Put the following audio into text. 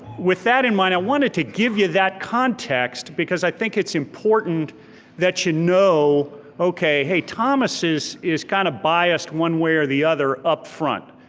with that in mind, i wanted to give you that context because i think it's important that you know okay, hey, thomas is kinda kind of biased one way or the other up front.